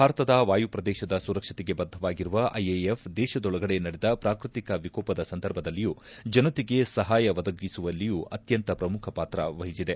ಭಾರತದ ವಾಯುಪ್ರದೇಶದ ಸುರಕ್ಷತೆಗೆ ಬದ್ಧವಾಗಿರುವ ಐಎಎಫ್ ದೇಶದೊಳಗಡೆ ನಡೆದ ಪ್ರಾಕ್ಷತಿಕ ವಿಕೋಪದ ಸಂದರ್ಭದಲ್ಲಿಯೂ ಜನತೆಗೆ ಸಹಾಯ ಒದಗಿಸುವಲ್ಲಿಯೂ ಅತ್ಯಂತ ಪ್ರಮುಖ ಪಾತ್ರ ವಹಿಸಿದೆ